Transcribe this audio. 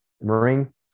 Marine